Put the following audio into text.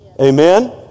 Amen